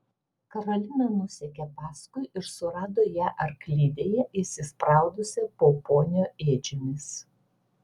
karolina nusekė paskui ir surado ją arklidėje įsispraudusią po ponio ėdžiomis